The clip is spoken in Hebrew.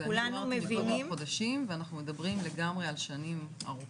אנחנו מדברים לגמרי על שנים ארוכות.